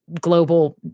global